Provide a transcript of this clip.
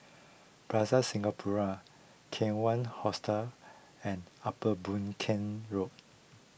Plaza Singapura Kawan Hostel and Upper Boon Keng Road